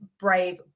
brave